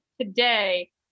today